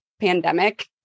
pandemic